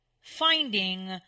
finding